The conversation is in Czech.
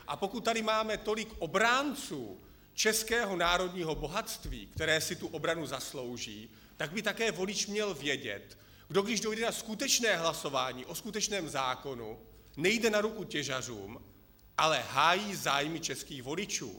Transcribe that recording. A pokud tady máme tolik obránců českého národního bohatství, které si tu obranu zaslouží, tak by také volič měl vědět, že když dojde na skutečné hlasování o skutečném zákonu, nejde na ruku těžařům, ale hájí zájmy českých voličů.